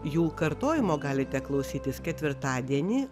jų kartojimo galite klausytis ketvirtadienį